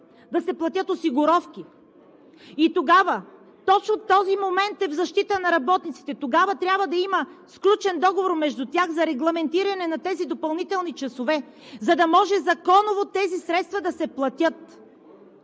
да се платят осигуровки, и точно този момент е в защита на работниците – тогава трябва да има сключен договор между тях за регламентиране на тези допълнителни часове, за да може законово тези средства да се платят.